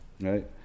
Right